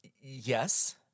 Yes